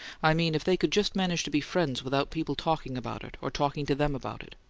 i mean, if they could just manage to be friends without people talking about it, or talking to them about it?